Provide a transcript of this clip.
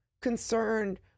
concerned